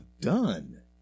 done